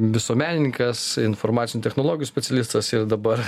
visuomenininkas informacinių technologijų specialistas ir dabar